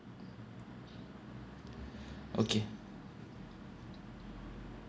okay